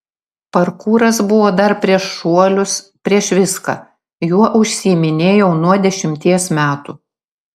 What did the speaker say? parkūras buvo dar prieš šuolius prieš viską juo užsiiminėjau nuo dešimties metų